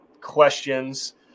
questions